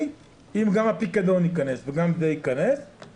אם גם הפיקדון ייכנס וגם זה ייכנס,